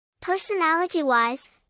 Personality-wise